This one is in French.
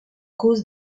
cause